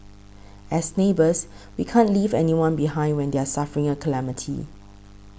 as neighbours we can't leave anyone behind when they're suffering a calamity